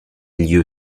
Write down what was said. lieu